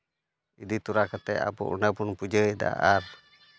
ᱤᱫᱤ ᱛᱚᱨᱟ ᱠᱟᱛᱮᱫ ᱚᱸᱰᱮ ᱟᱵᱚ ᱵᱚᱱ ᱯᱩᱡᱟᱹᱭᱫᱟ ᱟᱨ